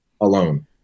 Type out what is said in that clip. alone